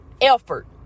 effort